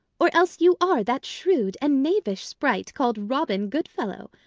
or else you are that shrewd and knavish sprite call'd robin goodfellow.